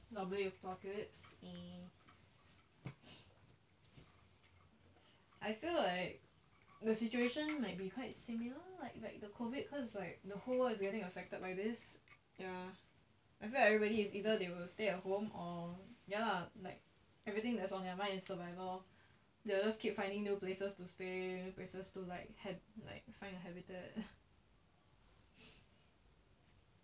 zombie apocalypse eh I feel like the situation might be quite similar like like the COVID cause it's like the whole world is getting affected by this ya I feel like everybody is either they will stay at home or ya lah like everything that's on their mind is survival they will just keep finding new places to stay new places to like had like find habitat